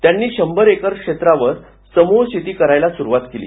त्यांनी शंभर एकर क्षेत्रावर समूह शेती करायला सुरुवात केली